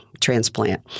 transplant